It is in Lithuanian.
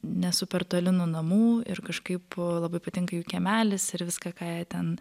nesu per toli nuo namų ir kažkaip labai patinka jų kiemelis ir viską ką jie ten